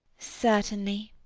certainly.